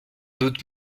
doute